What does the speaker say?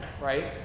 right